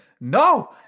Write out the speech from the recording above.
No